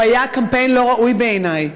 הוא היה קמפיין לא ראוי בעיני.